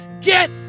get